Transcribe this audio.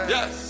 Yes